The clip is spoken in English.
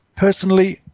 Personally